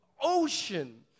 ocean